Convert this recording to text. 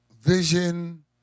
vision